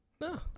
No